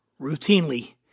routinely